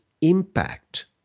impact